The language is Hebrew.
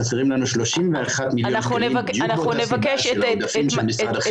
חסרים לנו 31 מיליון שקלים בדיוק מאותה סיבה של העודפים של משרד החינוך.